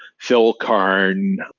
phil karn.